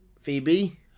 Phoebe